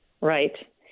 Right